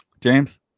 James